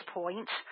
point